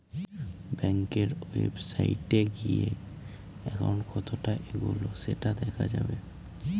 ব্যাঙ্কের ওয়েবসাইটে গিয়ে একাউন্ট কতটা এগোলো সেটা দেখা যাবে